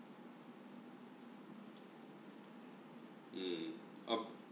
mm up